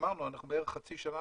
אמרנו בערך חצי שנה,